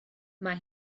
mae